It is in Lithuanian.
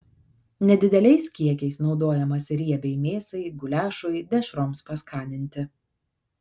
nedideliais kiekiais naudojamas riebiai mėsai guliašui dešroms paskaninti